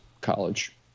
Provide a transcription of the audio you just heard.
college